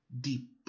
deep